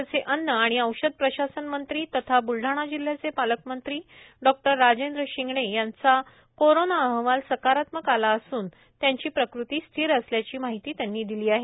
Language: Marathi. राज्याचे अन्न आणि औषध प्रशासन मंत्री तथा ब्लढाणा जिल्ह्याचे पालकमंत्री डॉ राजेंद्र शिंगणे यांचा कोरोणा अहवाल सकारात्मक आला असून आली असून प्रकृती स्थिर असल्याची माहीती त्यांनी दिली आहे